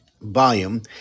volume